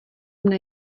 mne